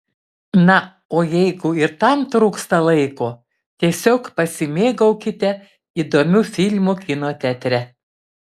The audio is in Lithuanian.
na o jeigu ir tam trūksta laiko tiesiog pasimėgaukite įdomiu filmu kino teatre